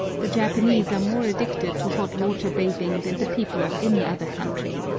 the japanese are more addicted to hot-water bathing than the people of any other country.